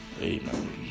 Amen